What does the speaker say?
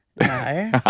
No